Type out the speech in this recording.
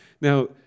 Now